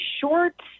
short